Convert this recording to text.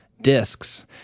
discs